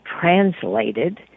translated